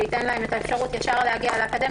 שייתן לנשים את האפשרות ישר להגיע לאקדמיה